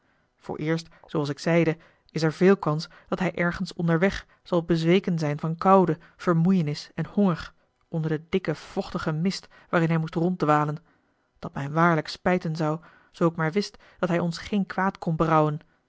vooreerst zooals ik zeide is er veel kans dat hij ergens onderweg zal bezweken zijn van koude vermoeienis en honger onder de dikke vochtige mist waarin hij moest ronddwalen dat mij waarlijk spijten zou zoo ik maar wist dat hij ons geen kwaad kon brouwen